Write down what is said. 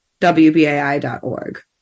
WBAI.org